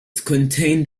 contained